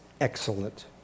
excellent